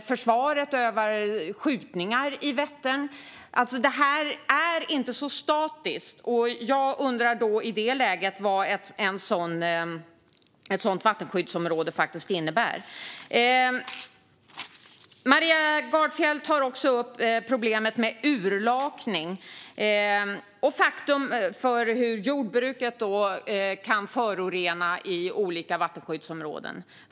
Försvaret övar skjutningar i Vättern. Det är inte så statiskt. Jag undrar i det läget vad ett sådant vattenskyddsområde innebär. Maria Gardfjell tar också upp problemet med urlakning och hur jordbruket kan förorena i olika vattenskyddsområden.